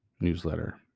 newsletter